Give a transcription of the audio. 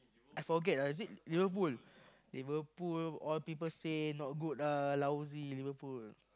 I forget ah is it Liverpool Liverpool all people say not good ah lousy Liverpool